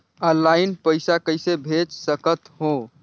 Online पइसा कइसे भेज सकत हो?